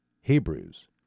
Hebrews